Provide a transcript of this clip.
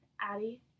Addie